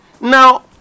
now